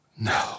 no